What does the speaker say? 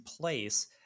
place